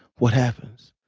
what happens?